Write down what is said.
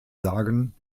sagen